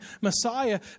Messiah